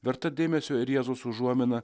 verta dėmesio rėzos užuomina